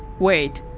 wait.